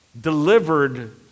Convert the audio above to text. delivered